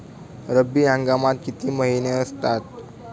रब्बी हंगामात किती महिने असतात?